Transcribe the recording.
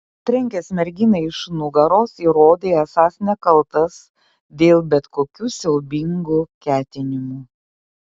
trenkęs merginai iš nugaros įrodei esąs nekaltas dėl bet kokių siaubingų ketinimų